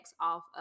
off